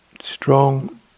strong